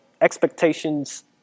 Expectations